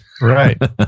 Right